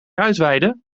uitweiden